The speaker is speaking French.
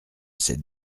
cette